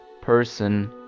person